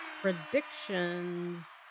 predictions